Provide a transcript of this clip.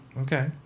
Okay